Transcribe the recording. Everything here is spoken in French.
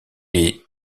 est